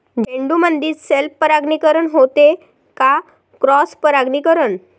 झेंडूमंदी सेल्फ परागीकरन होते का क्रॉस परागीकरन?